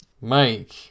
Mike